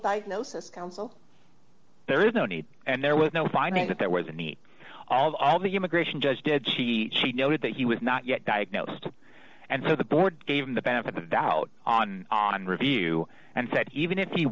diagnosis council there is no need and there was no finding that there was a need all the immigration judge did she she noted that he was not yet diagnosed and so the board gave him the benefit of doubt on on review and said even if he